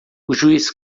juiz